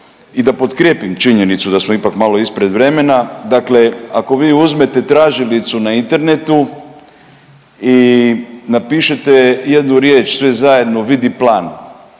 i da potkrijepim činjenicu da smo ipak malo ispred vremena, dakle ako vi uzmete tražilicu na internetu i napišete jednu riječ sve zajedno vidi plan